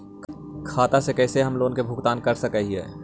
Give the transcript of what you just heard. खाता से कैसे हम लोन के भुगतान कर सक हिय?